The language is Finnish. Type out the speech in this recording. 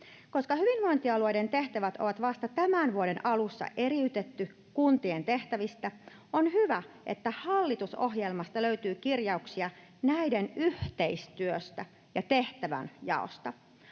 Koska hyvinvointialueiden tehtävät on vasta tämän vuoden alussa eriytetty kuntien tehtävistä, on hyvä, että hallitusohjelmasta löytyy kirjauksia näiden yhteistyöstä ja tehtävänjaosta.